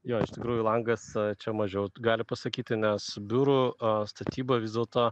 jo iš tikrųjų langas čia mažiau gali pasakyti nes biurų a statyba vis dėlto